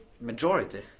majority